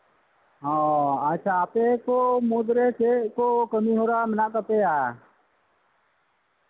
ᱟᱪᱪᱷᱟ ᱟᱯᱮ ᱠᱚ ᱢᱩᱫᱽᱨᱮ ᱪᱮᱫ ᱠᱚ ᱠᱟᱹᱢᱤ ᱦᱚᱨᱟ ᱢᱮᱱᱟᱜ ᱛᱟᱯᱮᱭᱟ